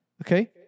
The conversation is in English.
okay